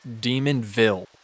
Demonville